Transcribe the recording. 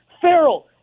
Farrell